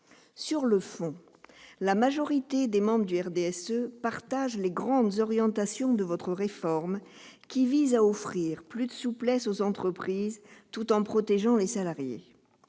Sur le fond, la majorité des membres du RDSE partagent les grandes orientations de votre réforme, qui vise à offrir plus de souplesse aux entreprises tout en protégeant les salariés.